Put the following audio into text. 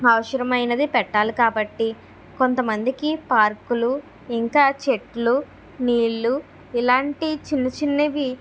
అవసరమైనది పెట్టాలి కాబట్టి కొంతమందికి పార్కులు ఇంకా చెట్లు నీళ్ళు ఇలాంటి చిన్న చిన్నవి